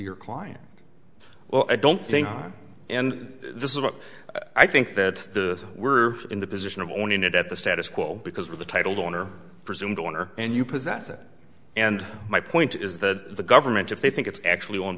your client well i don't think and this is what i think that the were in the position of owning it at the status quo because with the title the owner presumed owner and you possess it and my point is that the government if they think it's actually owned